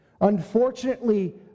Unfortunately